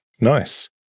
Nice